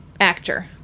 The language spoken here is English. Actor